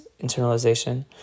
internalization